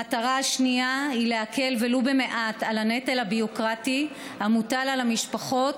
המטרה השנייה היא להקל ולו במעט את הנטל הביורוקרטי המוטל על המשפחות